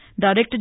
Director